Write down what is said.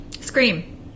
Scream